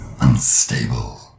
unstable